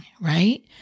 right